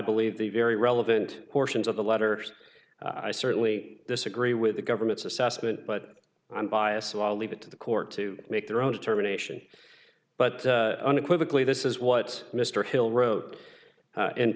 believe the very relevant portions of the letter i certainly disagree with the government's assessment but i'm biased so i'll leave it to the court to make their own determination but unequivocally this is what mr hill wro